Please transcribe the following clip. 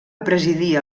presidia